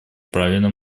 правильном